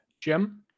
Jim